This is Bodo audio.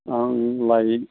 आं लाय